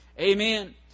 Amen